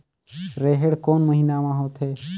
रेहेण कोन महीना म होथे?